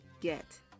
get